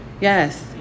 Yes